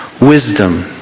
wisdom